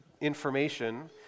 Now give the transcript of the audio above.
information